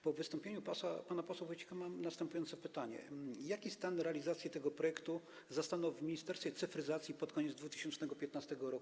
Po wystąpieniu pana posła Wójcika mam następujące pytanie: Jaki stan realizacji tego projektu zastano w Ministerstwie Cyfryzacji pod koniec 2015 r.